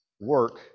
work